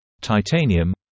titanium